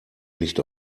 nicht